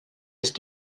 ist